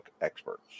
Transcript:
experts